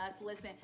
Listen